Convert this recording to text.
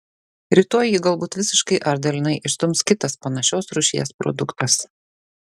rytoj jį galbūt visiškai ar dalinai išstums kitas panašios rūšies produktas